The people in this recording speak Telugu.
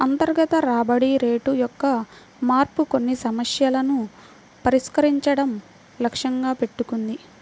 అంతర్గత రాబడి రేటు యొక్క మార్పు కొన్ని సమస్యలను పరిష్కరించడం లక్ష్యంగా పెట్టుకుంది